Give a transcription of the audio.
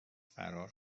فرار